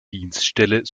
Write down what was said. dienststelle